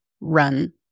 run